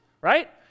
right